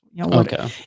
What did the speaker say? Okay